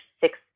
six